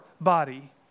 body